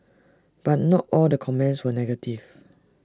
but not all the comments were negative